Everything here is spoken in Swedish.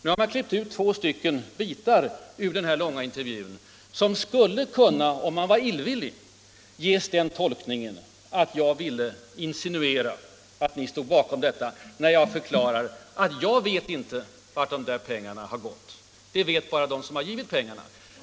Man hade klippt ut två bitar av den långa intervjun med mig, av vilken den ena skulle kunna —- men bara om man är illvillig — ges den tolkningen att jag insinuerade att ni stod bakom sådant stöd. Jag syftar på mitt svar att jag inte visste vart de insamlade pengarna hade gått. Det visste bara de som givit pengarna.